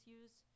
use